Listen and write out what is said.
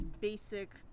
basic